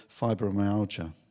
fibromyalgia